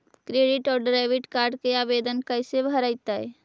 Credit और debit card के आवेदन कैसे भरैतैय?